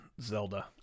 Zelda